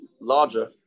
larger